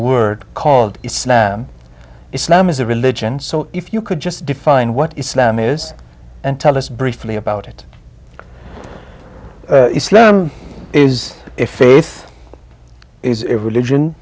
word called islam islam is a religion so if you could just define what islam is and tell us briefly about it is it faith is a religion